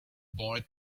boy